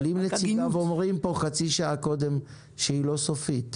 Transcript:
אם נציגיו אומרים כאן חצי שעה קודם שזה לא סופי,